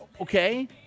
Okay